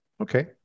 Okay